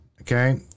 Okay